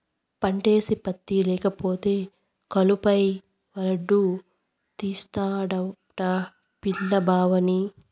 పంటేసి పత్తా లేకపోతే కలుపెవడు తీస్తాడట పిలు బావని